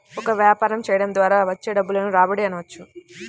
ఒక వ్యాపారం చేయడం ద్వారా వచ్చే డబ్బును రాబడి అనవచ్చు